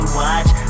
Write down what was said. watch